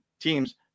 teams